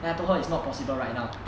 then I told it's not possible right now